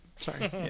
Sorry